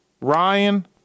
Ryan